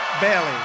Bailey